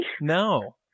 No